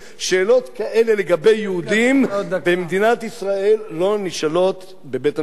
שאלות כאלה לגבי יהודים במדינת ישראל לא נשאלות בבית-המשפט.